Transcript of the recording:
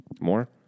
more